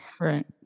Right